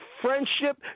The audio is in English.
friendship